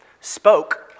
spoke